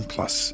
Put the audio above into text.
Plus